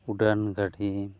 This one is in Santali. ᱩᱰᱟᱹᱱ ᱜᱟᱹᱰᱤ